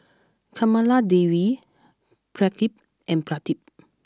Kamaladevi Pradip and Pradip